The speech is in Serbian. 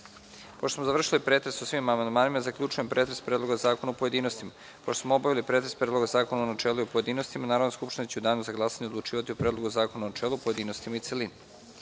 (Ne.)Pošto smo završili pretres o svim amandmanima, zaključujem pretres Predloga zakona u pojedinostima. Pošto smo obavili pretres Predloga zakona u načelu i u pojedinostima, Narodna skupština će u danu za glasanje odlučivati o Predlogu zakona u načelu, pojedinostima i u